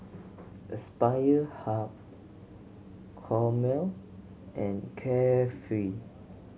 Aspire Hub Hormel and Carefree